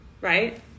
right